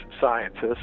scientists